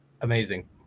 amazing